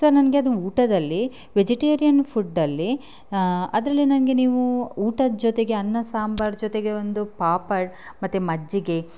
sir ನನಗೆ ಅದು ಊಟದಲ್ಲಿ ವೆಜಿಟೇರಿಯನ್ ಫುಡ್ಡಲ್ಲಿ ಅದರಲ್ಲಿ ನನಗೆ ನೀವು ಊಟದ ಜೊತೆಗೆ ಅನ್ನ ಸಾಂಬಾರ್ ಜೊತೆಗೆ ಒಂದು ಪಾಪಡ್ ಮತ್ತು ಮಜ್ಜಿಗೆ